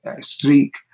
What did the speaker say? streak